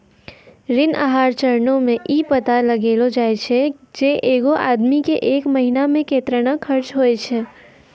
ऋण आहार चरणो मे इ पता लगैलो जाय छै जे एगो आदमी के एक महिना मे केतना खर्चा होय छै